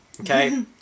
Okay